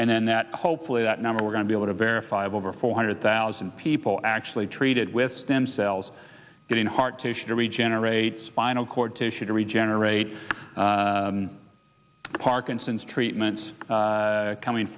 and then that hopefully that number we're going to be able to verify over four hundred thousand people actually treated with stem cells getting heart tissue to regenerate spinal cord tissue to regenerate parkinson's treatments coming